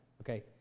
Okay